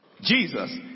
jesus